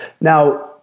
Now